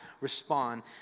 respond